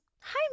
hi